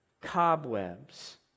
cobwebs